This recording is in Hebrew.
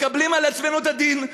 מקבלים על עצמנו את הדין,